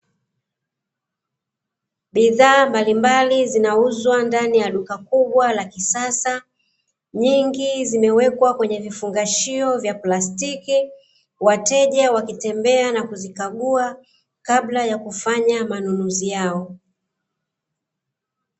Bidhaa mbalimbali zinauzwa ndani ya duka kubwa la kisasa, nyingi zimewekwa kwenye vifungashio vya plastiki, wateja wakitembea na kuzikagua, kabla ya kufanya manunuzi hayo.